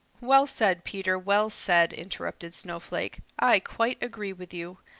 well said, peter, well said, interrupted snowflake. i quite agree with you.